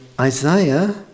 Isaiah